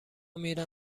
میرن